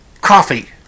coffee